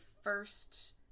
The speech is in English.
first